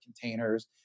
containers